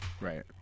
right